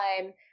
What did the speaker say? time